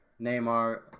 Neymar